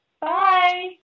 Bye